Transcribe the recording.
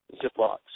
Ziplocs